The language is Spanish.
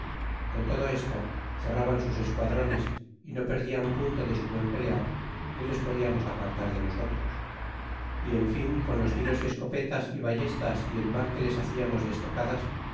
con todo esto cerraban sus esquadrones y no perdian punto de su buen pelear ni les podíamos apartar de nosotros y en fin con los tiros y escopetas y ballestas y el mal que les hacíamos